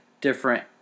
different